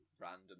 Random